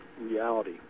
reality